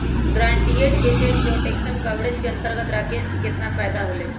Guaranteed asset protection coverage के अंतर्गत राकेश के कितना फायदा होलय?